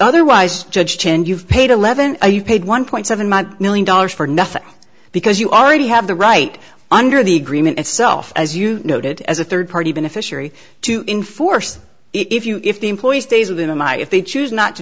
otherwise judge chen you've paid eleven or you paid one point seven million dollars for nothing because you already have the right under the agreement itself as you noted as a third party beneficiary to enforce it if you if the employee stays within my if they choose not to